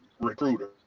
recruiter